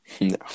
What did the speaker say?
No